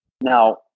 Now